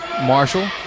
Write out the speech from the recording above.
Marshall